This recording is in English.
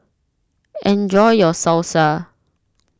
enjoy your Salsa